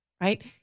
Right